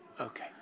Okay